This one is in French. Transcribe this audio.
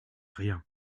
rien